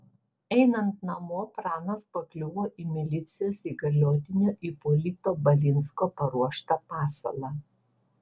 einant namo pranas pakliuvo į milicijos įgaliotinio ipolito balinsko paruoštą pasalą